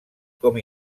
com